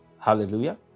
Hallelujah